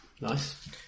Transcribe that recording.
Nice